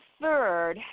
third